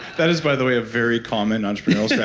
that is, by the way, a very common entrepreneurial yeah